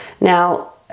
Now